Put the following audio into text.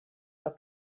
del